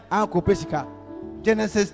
Genesis